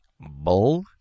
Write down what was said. bull